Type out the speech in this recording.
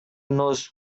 knows